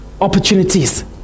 opportunities